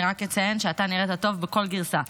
רק אציין שאתה נראית טוב בכל גרסה.